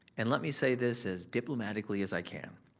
and let me say this as diplomatically as i can.